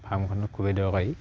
ফাৰ্মখনক খুবেই দৰকাৰী